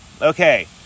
Okay